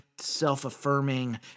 self-affirming